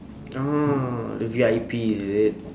oh the V_I_P is it